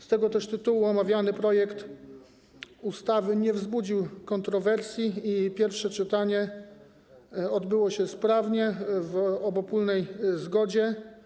Z tego też tytułu omawiany projekt ustawy nie wzbudził kontrowersji i pierwsze czytanie odbyło się sprawnie, we wspólnej zgodzie.